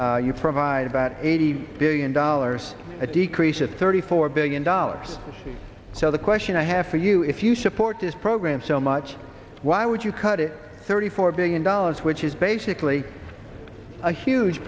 ten you provide about eighty billion dollars a decrease of thirty four billion dollars so the question i have for you if you support this program so much why would you cut it thirty four billion dollars which is basically a huge